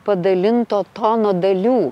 padalinto tono dalių